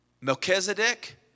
Melchizedek